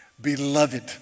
Beloved